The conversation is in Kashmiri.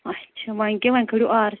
اچھا وَنۍ کیاہ ونۍ کھٲلیو آر سی